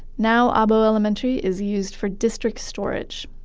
now, abo elementary is used for district storage.